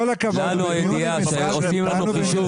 עדיין לנו הידיעה שעושים לנו חישוב